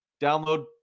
Download